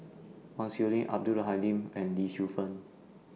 Chong Siew Ying Abdul Halim and Li